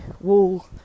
wall